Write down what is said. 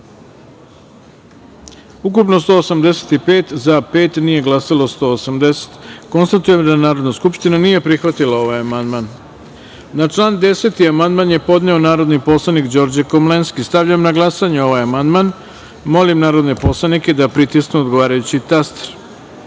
ukupno – 186, za – pet, nije glasalo 181.Konstatujem da Narodna skupština nije prihvatila ovaj amandman. Na član 57. amandman je podneo narodni poslanik Đorđe Komlenski. Stavljam na glasanje ovaj amandman. Molim narodne poslanike da pritisnu odgovarajući